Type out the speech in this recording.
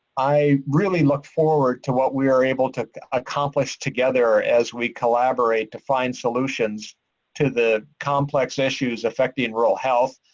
i really look forward to what we are able to accomplish together as we collaborate to find solutions to the complex issues affecting rural health.